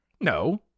no